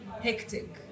hectic